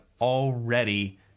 already